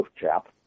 chap